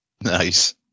Nice